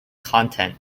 content